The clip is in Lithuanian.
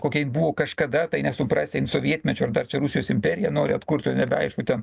kokia ji buvo kažkada tai nesuprasi sovietmečiu čia rusijos imperiją nori atkurt jau nebeaišku ten